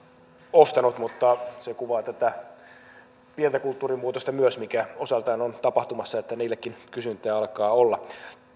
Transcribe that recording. ostanut mutta se kuvaa tätä pientä kulttuurinmuutosta myös mikä osaltaan on tapahtumassa että niillekin kysyntää alkaa olla